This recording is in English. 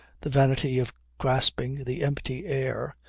the vanity of grasping the empty air,